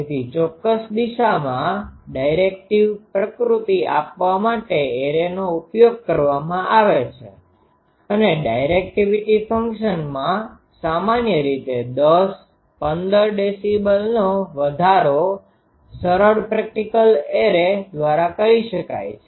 તેથી ચોક્કસ દિશામાં ડાયરેક્ટિવ પ્રકૃતિ આપવા માટે એરેનો ઉપયોગ કરવામાં આવે છે અને ડાયરેક્ટિવિટી ફંક્શનમાં સામાન્ય રીતે 10 15dBનો વધારો સરળ પ્રેક્ટીકલ એરે દ્વારા કરી શકાય છે